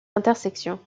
intersection